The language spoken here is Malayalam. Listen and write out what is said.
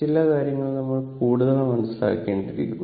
ചില കാര്യങ്ങൾ നമ്മൾ കൂടുതൽ മനസ്സിലാക്കേണ്ടിയിരിക്കുന്നു